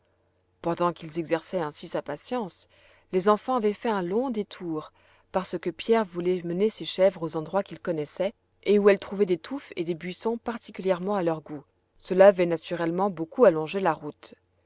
pendant qu'ils exerçaient ainsi sa patience les enfants avaient fait un long détour parce que pierre voulait mener ses chèvres aux endroits qu'il connaissait et où elles trouvaient des touffes et des buissons particulièrement à leur goût cela avait naturellement beaucoup allongé la route